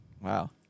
Wow